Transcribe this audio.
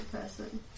person